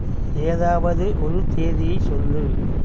ஏதாவது ஒரு தேதியை சொல்